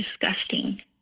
disgusting